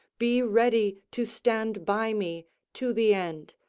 be ready to stand by me to the end,